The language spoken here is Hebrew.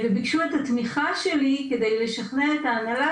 וביקשו את התמיכה שלי כדי לשכנע את ההנהלה,